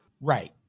Right